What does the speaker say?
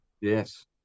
Yes